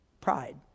Pride